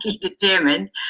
determined